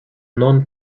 non